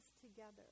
together